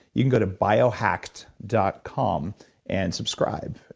you can go to biohacked dot com and subscribe.